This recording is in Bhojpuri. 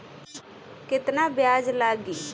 केतना ब्याज लागी?